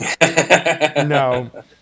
no